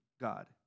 God